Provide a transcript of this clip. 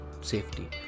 safety